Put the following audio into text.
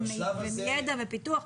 ידע ופיתוח.